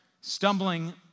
stumbling